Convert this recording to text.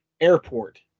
Airport